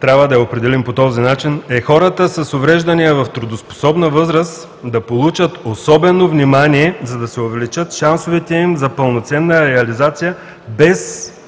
трябва да я определим по този начин, е хората с увреждания в трудоспособна възраст да получат особено внимание, за да се увеличат шансовете им за пълноценна реализация без, както